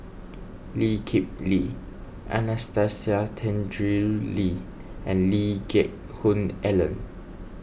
Lee Kip Lee Anastasia Tjendri Liew and Lee Geck Hoon Ellen